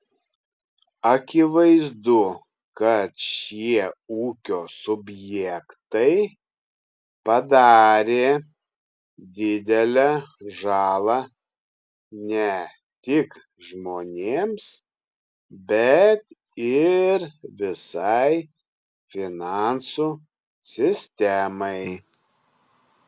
akivaizdu kad šie ūkio subjektai padarė didelę žalą ne tik žmonėms bet ir visai finansų sistemai